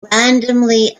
randomly